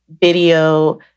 video